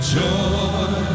joy